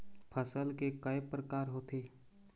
फसल के कय प्रकार होथे?